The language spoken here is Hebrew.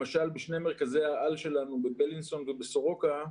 למשל בשני מרכזי העל שלנו בבילינסון ובסורוקה,